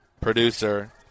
producer